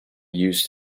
use